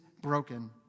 broken